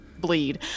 bleed